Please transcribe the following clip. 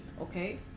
okay